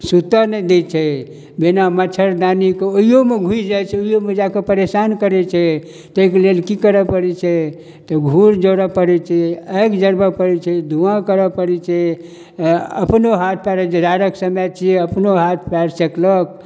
सुतऽ नहि दै छै बिना मच्छरदानीके ओहियोमे घुसि जाइ छै ओहियोमे जाकऽ परेशान करै छै तै कए लेल की करऽ पड़ै छै तऽ घूर जोरऽ पड़ै छै आगि जड़बऽ पड़ै छै धुआँ करऽ पड़ै छै अपनो हाथ पैरक जे जाड़क समय छियै अपनो हाथ पैर सेकलक